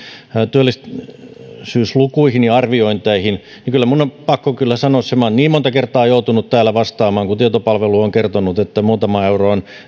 työllisyyslukuihin ja arviointeihin niin minun on kyllä pakko sanoa kun minä olen niin monta kertaa joutunut täällä vastaamaan kun tietopalvelu on kertonut että muutaman euron ovat